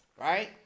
Right